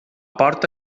porta